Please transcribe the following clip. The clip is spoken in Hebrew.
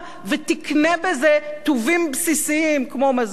ותקנה בזה טובין בסיסיים כמו מזון,